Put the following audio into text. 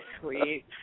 sweet